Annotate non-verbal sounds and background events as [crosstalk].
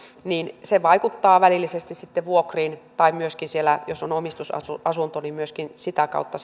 niin se vaikuttaa välillisesti sitten vuokriin tai jos on omistusasunto niin myöskin sitä kautta [unintelligible]